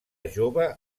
jove